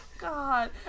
God